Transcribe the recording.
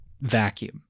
vacuum